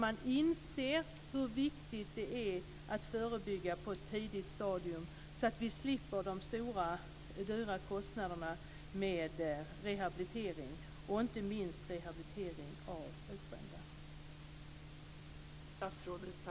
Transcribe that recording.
Man inser hur viktigt det är att förebygga på ett tidigt stadium så att man slipper stora dyra kostnader för rehabilitering, inte minst av utbrända.